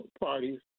parties